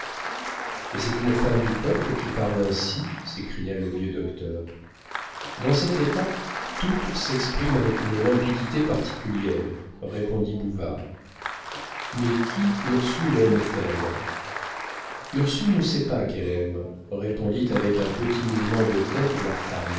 et c'est une femme du peuple qui parle ainsi s'écria le vieux docteur dans cet état toutes s'expriment avec une limpidité particulière répondit bouvard mais qui ursule aime-t-elle ursule ne sait pas qu'elle aime répondit avec un petit mouvement de tête la femme